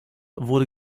wurde